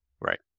Right